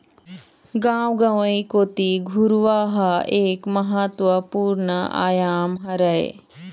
गाँव गंवई कोती घुरूवा ह एक महत्वपूर्न आयाम हरय